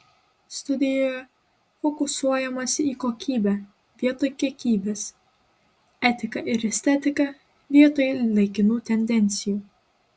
studijoje fokusuojamasi į kokybę vietoj kiekybės etiką ir estetiką vietoj laikinų tendencijų